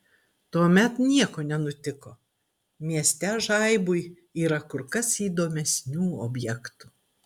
tuomet nieko nenutiko mieste žaibui yra kur kas įdomesnių objektų